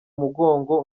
umugongo